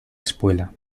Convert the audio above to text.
espuela